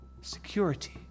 security